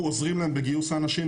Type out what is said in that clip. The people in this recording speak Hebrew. אנחנו עוזרים להם בגיוס האנשים,